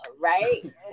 Right